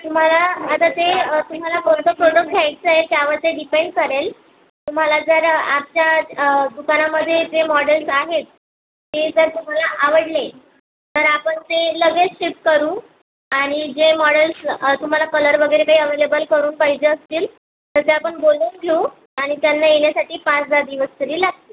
तुम्हाला आता ते तुम्हाला कोणतं प्रोडक्ट घ्यायचंय त्यावरती डिपेंड करेल तुम्हाला जर आमच्या दुकानामध्ये ते मॉडेल्स आहेत ते जर तुम्हाला आवडले तर आपण ते लगेच शिफ्ट करू आणि जे मॉडेल्स तुम्हाला कलर वगैरे काही अवेलेबल करून पाहिजे असतील तर त्या पण बोलून घेऊ आणि त्यांना येण्यासाठी पाच दहा दिवस तरी लागतील